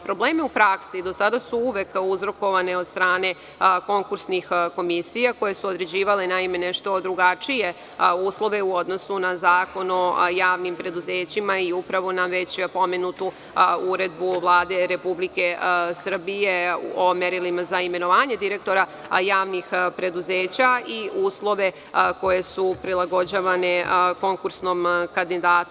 Probleme u praksi do sada su uvek uzrokovane od strane konkursnih komisija koje su određivale nešto drugačije uslove u odnosu na Zakon o javnim preduzećima i upravo na već pomenutu uredbu Vlade Republike Srbije o merilima za imenovanje direktora javnih preduzeća i uslovi koji su prilagođavani konkursnom kandidatu.